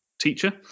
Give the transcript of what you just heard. teacher